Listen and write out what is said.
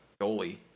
goalie